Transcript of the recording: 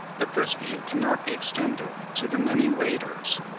but this view cannot be extended to the many waders,